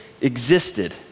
existed